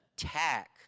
attack